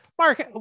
mark